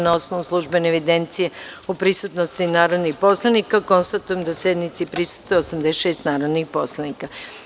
Na osnovu službene evidencije o prisutnosti narodnih poslanika, konstatujem da sednici prisustvuje 86 narodnih poslanika.